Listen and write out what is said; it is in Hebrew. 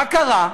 מה קרה?